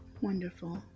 Wonderful